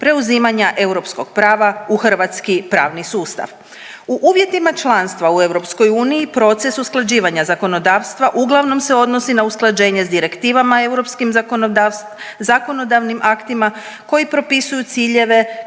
preuzimanja europskog prava u hrvatski pravni sustav. U uvjetima članstva u EU proces usklađivanja zakonodavstva uglavnom se odnosi na usklađenje sa direktivama, europskim zakonodavnim aktima koji propisuju ciljeve